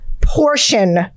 portion